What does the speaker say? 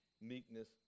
meekness